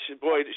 boy